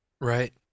right